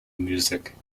music